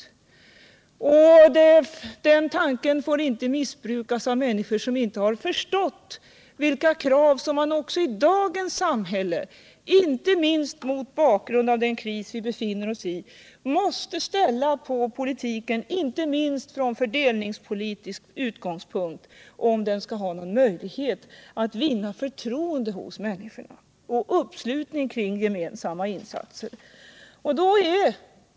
Per Albin Hanssons och vårt folkhemsbegrepp får inte missbrukas av människor som inte förstått vilka krav som också i dagens samhälle, inte minst mot bakgrund av den kris vi befinner oss i, måste ställas på politiken, särskilt från fördelningspolitisk utgångspunkt, om den skall ha några möjligheter att vinna förtroende hos människorna och skapa uppslutning kring gemensamma insatser.